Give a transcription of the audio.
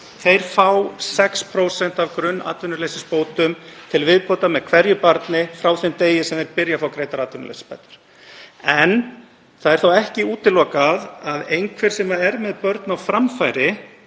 fá 6% af grunnatvinnuleysisbótum til viðbótar með hverju barni frá þeim degi sem þeir byrja að fá greiddar atvinnuleysisbætur. En það er þó ekki útilokað að einhverjir sem eru með börn á framfæri